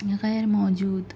غیر موجود